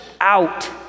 out